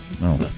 No